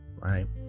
right